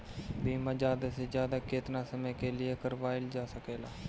बीमा ज्यादा से ज्यादा केतना समय के लिए करवायल जा सकेला?